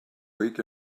week